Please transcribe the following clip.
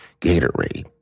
Gatorade